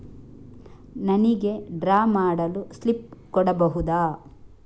ನನಿಗೆ ಡ್ರಾ ಮಾಡಲು ಸ್ಲಿಪ್ ಕೊಡ್ಬಹುದಾ?